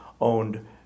owned